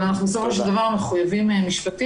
אבל אנחנו בסופו של דבר מחויבים משפטית